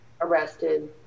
arrested